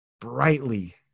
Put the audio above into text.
Brightly